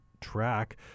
track